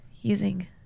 using